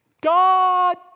God